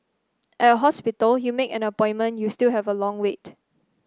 at a hospital you make an appointment you still have a long wait